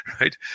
right